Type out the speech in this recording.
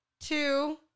two